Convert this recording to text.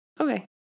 Okay